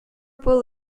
pool